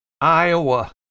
Iowa